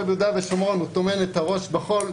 ביהודה ושומרון פשוט טומן את הראש בחול.